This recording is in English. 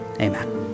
amen